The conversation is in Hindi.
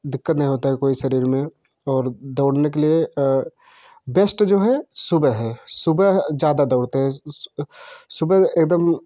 दिक्कत नहीं होती कोई शरीर में और दौड़ने के लिए बेश्ट जो है सुबह है सुबह ज़्यादा दौड़ते हैं सुबह एक दम